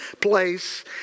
place